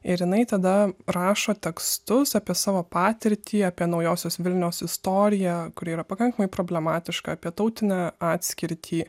ir jinai tada rašo tekstus apie savo patirtį apie naujosios vilnios istoriją kuri yra pakankamai problematiška apie tautinę atskirtį